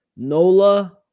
Nola